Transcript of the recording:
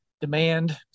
demand